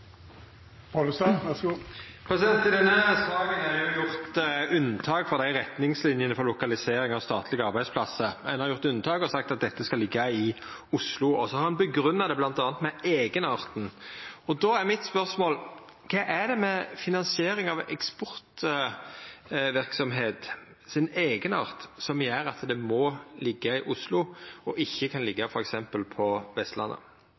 gjort unntak frå retningslinjene for lokalisering av statlege arbeidsplassar. Ein har gjort unntak og sagt at dette skal liggja i Oslo, og så har ein grunngjeve det bl.a. med eigenarten. Då er spørsmålet mitt: Kva er det med eigenarten til finansiering av eksportverksemda som gjer at det må liggja i Oslo, og ikkje f.eks. på Vestlandet?